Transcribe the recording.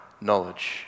knowledge